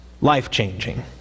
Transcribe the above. Life-changing